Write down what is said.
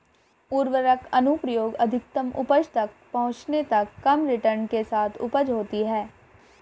उर्वरक अनुप्रयोग अधिकतम उपज तक पहुंचने तक कम रिटर्न के साथ उपज होती है